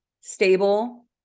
stable